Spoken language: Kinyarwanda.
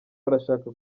arashaka